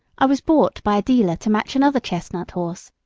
i was bought by a dealer to match another chestnut horse.